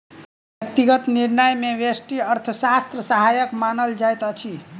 व्यक्तिगत निर्णय मे व्यष्टि अर्थशास्त्र सहायक मानल जाइत अछि